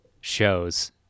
shows